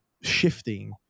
shifting